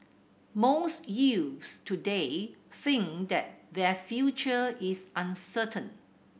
most youths today think that their future is uncertain